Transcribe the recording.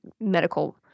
medical